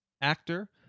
Actor